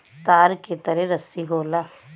तार के तरे रस्सी होला